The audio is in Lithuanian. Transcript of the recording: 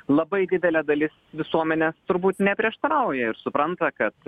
labai didelė dalis visuomenės turbūt neprieštarauja ir supranta kad